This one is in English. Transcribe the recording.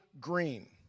green